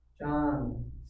John